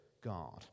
God